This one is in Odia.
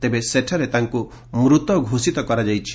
ତେବେ ସେଠାରେ ତାଙ୍କୁ ମୃତ ଘୋଷିତ କରାଯାଇଛି